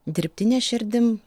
dirbtine širdim